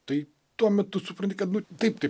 tai tuo metu supranti kad taip tai